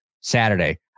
Saturday